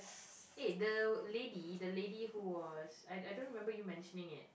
eh the lady the lady who was I I don't remember you mentioning it